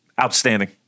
Outstanding